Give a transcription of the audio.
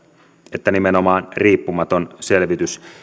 että nimenomaan riippumaton selvitys